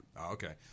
Okay